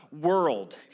world